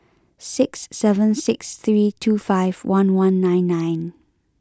six seven six three two five one one nine nine